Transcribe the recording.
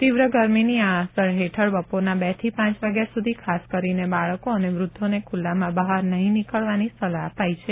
તીવ્ર ગરમીની આ અસર હેઠળ બપોરના બેથી પાંચ વાગ્યા સુધી ખાસ કરીને બાળકો અને વૃદ્વોને ખુલ્લામાં બહાર નહીં નીકળવાની સલાહ અપાઇ છે